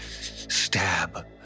Stab